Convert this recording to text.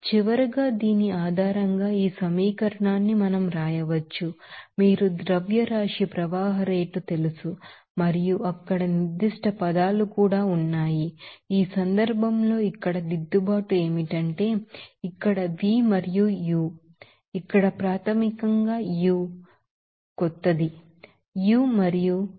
చివరగా దీని ఆధారంగా ఈ సమీకరణాన్ని మనం రాయవచ్చు మీకు మాస్ ఫ్లో రేట్ తెలుసు మరియు అక్కడ నిర్దిష్ట పదాలు కూడా ఉన్నాయి మరియు ఈ సందర్భంలో ఇక్కడ దిద్దుబాటు ఏమిటంటే ఇక్కడ V మరియు U ఇక్కడ ప్రాథమికంగా U మరియు ఇది ఇక్కడ కొత్తది